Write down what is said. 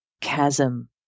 chasm